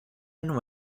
and